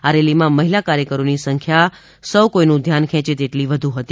આ રેલીમાં મહિલા કાર્યકરોની સંખ્યા સૌ નું ધ્યાન ખેચે તેટલી વધુ હતી